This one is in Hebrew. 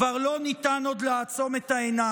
כבר לא ניתן עוד לעצום את העיניים.